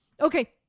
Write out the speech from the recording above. Okay